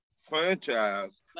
franchise